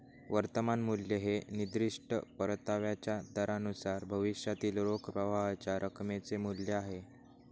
वर्तमान मूल्य हे निर्दिष्ट परताव्याच्या दरानुसार भविष्यातील रोख प्रवाहाच्या रकमेचे मूल्य आहे